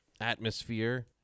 atmosphere